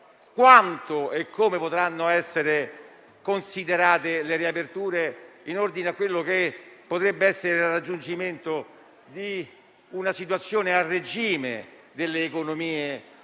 quanto e come potranno essere considerate le riaperture in ordine al possibile raggiungimento di una situazione a regime delle economie delle